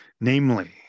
Namely